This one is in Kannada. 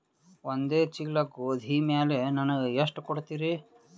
ಒಂದ ಚೀಲ ಗೋಧಿ ಮ್ಯಾಲ ನನಗ ಎಷ್ಟ ಕೊಡತೀರಿ?